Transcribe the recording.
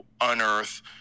unearth